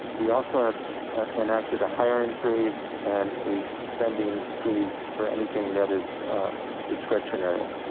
we also have enacted a hiring freeze and a spending freeze for anything that is discretionary.